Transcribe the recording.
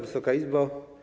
Wysoka Izbo!